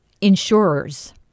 insurers